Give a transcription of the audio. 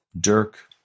Dirk